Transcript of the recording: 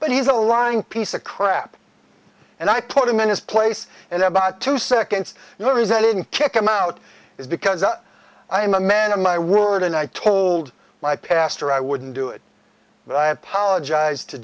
but he's a lying piece of crap and i put him in his place in about two seconds and the reason i didn't kick him out is because i am a man of my word and i told my pastor i wouldn't do it but i apologized to